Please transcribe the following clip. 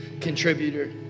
contributor